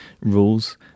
rules